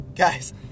Guys